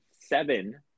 seven